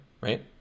right